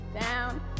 Down